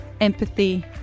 empathy